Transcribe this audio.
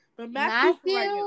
Matthew